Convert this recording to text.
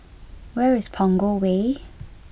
where is Punggol Way